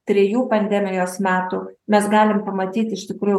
trijų pandemijos metų mes galim pamatyt iš tikrųjų